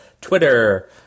twitter